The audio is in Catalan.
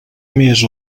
més